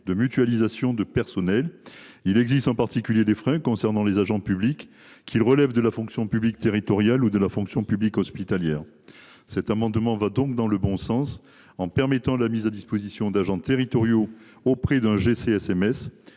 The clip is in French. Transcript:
de mutualisation de personnels. Or, il existe des freins concernant les agents publics, que ceux ci relèvent de la fonction publique territoriale ou de la fonction publique hospitalière. Cet amendement va dans le bon sens en visant à permettre la mise à disposition d’agents territoriaux auprès d’un GCSMS